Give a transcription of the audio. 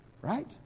Right